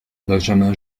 benjamin